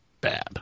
bad